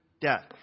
death